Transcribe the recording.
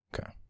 okay